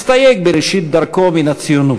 הסתייג בראשית דרכו מן הציונות.